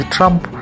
Trump